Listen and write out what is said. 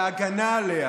וההגנה עליה,